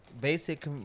Basic